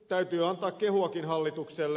täytyy antaa kehuakin hallitukselle